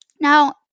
Now